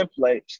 templates